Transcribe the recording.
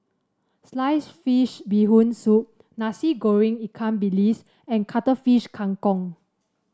slice fish Bee Hoon Soup Nasi Goreng Ikan Bilis and Cuttlefish Kang Kong